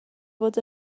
fod